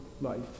life